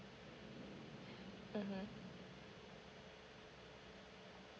mmhmm